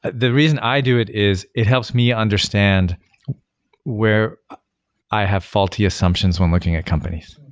the reason i do it is it helps me understand where i have faulty assumptions when looking at companies.